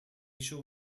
show